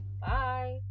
Bye